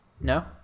No